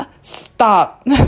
Stop